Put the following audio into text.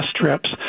strips